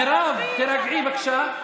מירב, תירגעי, בבקשה.